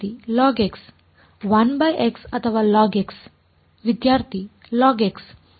1x ಅಥವಾ log ವಿದ್ಯಾರ್ಥಿ log